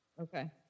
Okay